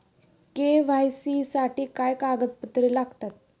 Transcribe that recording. KYC साठी काय कागदपत्रे लागतात?